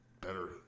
better